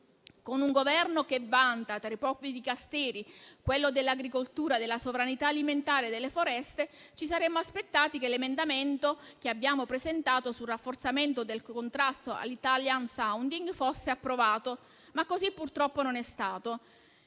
Con un Governo che vanta tra i propri Dicasteri quello per l'agricoltura, la sovranità alimentare e le foreste ci saremmo aspettati che l'emendamento che abbiamo presentato sul rafforzamento del contrasto all'*italian sounding* fosse approvato, ma così purtroppo non è stato.